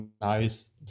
nice